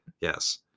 Yes